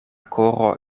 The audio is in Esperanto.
koro